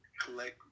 collect